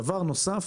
דבר נוסף